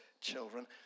children